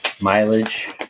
mileage